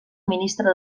ministre